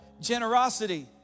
generosity